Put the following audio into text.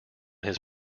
his